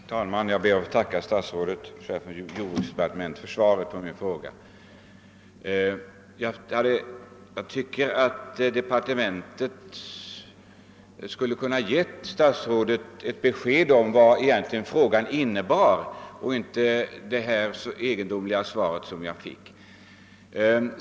Herr talman! Jag ber att få tacka statsrådet och chefen för jordbruksdepartementet för svaret på min fråga. Jag tycker emellertid att man i departementet borde ha givit statsrådet ett besked om vad frågan egentligen innebär, så att jag sluppit det egendomliga svar som jag nu fått.